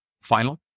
final